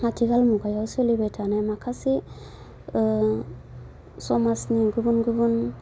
आथिखाल मुगायाव सोलिबाय थानाय माखासे समाजनि गुबुन गुबुन